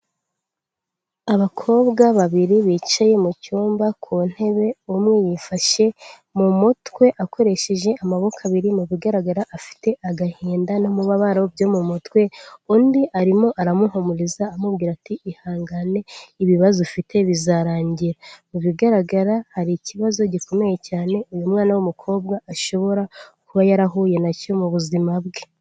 Abakobwa babiri bicaye mu cyumba ku ntebe, umwe yifashe mu mutwe akoresheje amaboko abiri, mu bigaragara afite agahinda n'umubabaro byo mu mutwe. Undi arimo aramuhumuriza amubwira ati: ''Ihangane ibibazo ufite bizarangira.'' Mu bigaragara hari ikibazo gikomeye cyane, uyu mwana w'umukobwa ashobora kuba yarahuye na cyo mu buzima bwe.